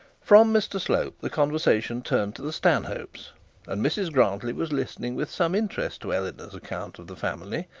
from mr slope the conversation turned to the stanhopes, and mrs grantly was listening with some interest to eleanor's account of the family,